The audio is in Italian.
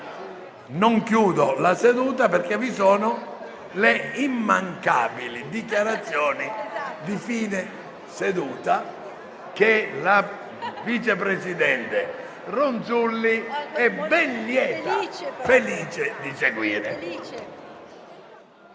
Non tolgo la seduta perché vi sono gli immancabili interventi di fine seduta, che la vice presidente Ronzulli è ben lieta di seguire.